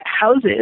houses